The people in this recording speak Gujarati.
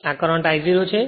આ કરંટ I0 છે